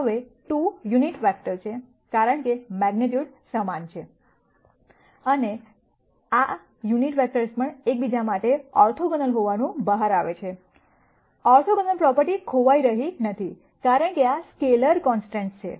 હવે આ 2 unit vector છે કારણ કે મેગ્નીટ્યૂડ સમાન છે અને આ યુનિટ વેક્ટર્સ પણ એક બીજા માટે ઓર્થોગોનલ હોવાનું બહાર આવે છે ઓર્થોગોનલ પ્રોપર્ટી ખોવાઈ રહી નથી કારણ કે આ સ્કેલેર કોન્સ્ટન્ટ્સ છે